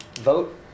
vote